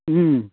ओम